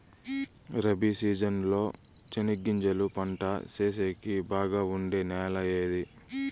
Rabi season లో చెనగగింజలు పంట సేసేకి బాగా ఉండే నెల ఏది?